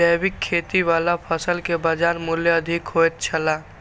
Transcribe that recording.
जैविक खेती वाला फसल के बाजार मूल्य अधिक होयत छला